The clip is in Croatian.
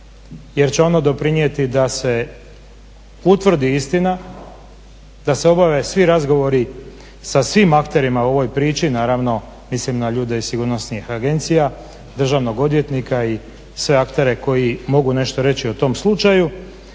jer će ono doprinijeti da se utvrdi istina, da se obave svi razgovori sa svim akterima u ovoj priči naravno mislim na ljude iz sigurnosnih agencija, državnog odvjetnika i sve aktere koji mogu nešto reći o tome slučaju